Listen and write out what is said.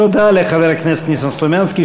תודה לחבר הכנסת ניסן סלומינסקי,